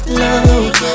love